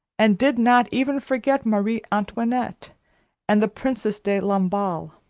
and did not even forget marie antoinette and the princess de lamballe.